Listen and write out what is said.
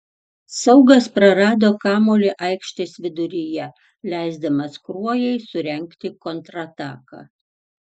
saugas prarado kamuolį aikštės viduryje leisdamas kruojai surengti kontrataką